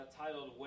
titled